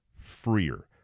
freer